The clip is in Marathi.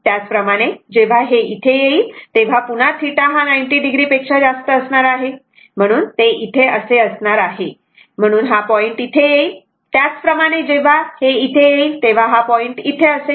त्याचप्रमाणे जेव्हा हे इथे येईल तेव्हा पुन्हा θ हा 90o पेक्षा जास्त असणार आहे म्हणून ते इथे असणार आहे म्हणून हा पॉईंट इथे येईल त्याचप्रमाणे जेव्हा हे इथे येईल तेव्हा हा पॉईंट इथे असेल